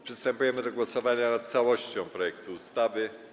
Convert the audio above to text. Przystępujemy do głosowania nad całością projektu ustawy.